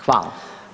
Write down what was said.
Hvala.